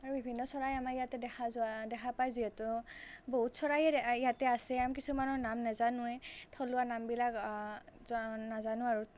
আৰু বিভিন্ন চৰাই আমাৰ ইয়াতে দেখা যোৱা দেখা পায় যিহেতু বহুত চৰাই ইয়াতে আছে নাম কিছুমানৰ নাম নাজানোৱেই থলুৱা নামবিলাক জা নাজানো আৰু